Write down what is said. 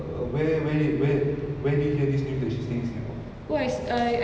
instagram like she posted a photo of this like one of the temples in singapore